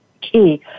key